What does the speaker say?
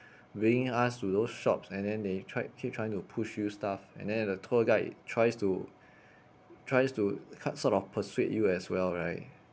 bringing us to those shops and then they tried keep trying to push you stuff and then the tour guide tries to tries to hard sort of persuade you as well right